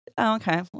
Okay